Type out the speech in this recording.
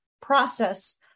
process